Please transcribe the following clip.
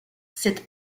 cette